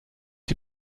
die